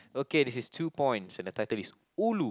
okay this is two points and the title is ulu